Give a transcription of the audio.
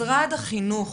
משרד החינוך